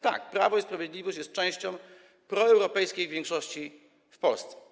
Tak, Prawo i Sprawiedliwość jest częścią proeuropejskiej większości w Polsce.